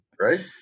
Right